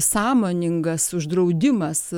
sąmoningas uždraudimas